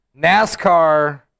NASCAR